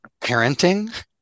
parenting